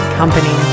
company